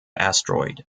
asteroid